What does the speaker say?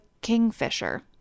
kingfisher